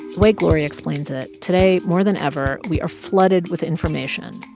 way gloria explains it, today, more than ever, we are flooded with information.